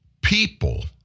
People